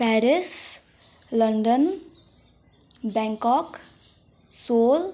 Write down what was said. Paris London Bangkok Seoul